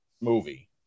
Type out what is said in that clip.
movie